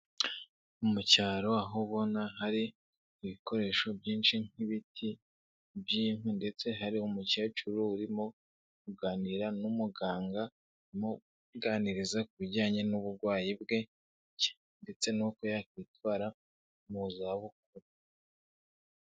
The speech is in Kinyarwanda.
Mu cyaro aho ubona hari ibikoresho byinshi nk'ibiti by'imkwi ndetse hari umukecuru urimo kuganira n'umuganga, amuganiriza ku bijyanye n'uburwayi bwe ndetse n'uko yakwitwara mu zabukuru.